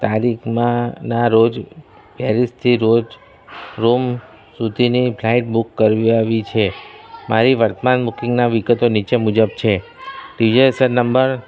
તારીખમાંના રોજ પેરિસથી રોજ રોમ સુધીની ફ્લાઇટ બુક કરાવી છે મારી વર્તમાન બુકિંગના વિગતો નીચે મુજબ છે ટીજેસર નંબર